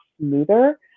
smoother